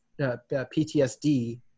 PTSD